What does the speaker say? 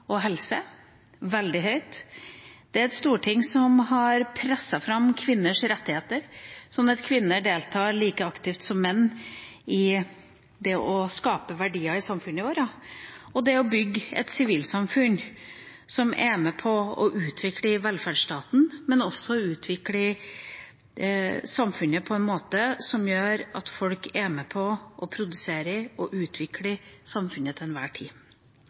og helse veldig høyt. Det er et storting som har presset fram kvinners rettigheter, slik at kvinner deltar like aktivt som menn i det å skape verdier i samfunnet vårt og i å bygge et sivilsamfunn som er med på å utvikle velferdsstaten, men også i å utvikle samfunnet på en måte som gjør at folk er med på å produsere og utvikle samfunnet til enhver tid.